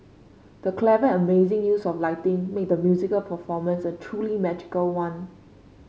the clever and amazing use of lighting made the musical performance a truly magical one